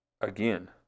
again